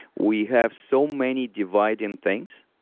we have so many dividing things.